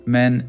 Men